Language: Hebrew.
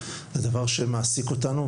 זה דבר שמעסיק אותנו.